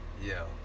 yo